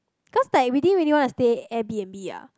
cause like we didn't really wanna stay Airbnb ya